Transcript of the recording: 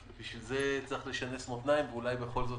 בשביל זה צריך לשנס מותניים ואולי בכל זאת